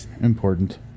important